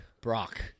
Brock